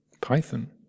python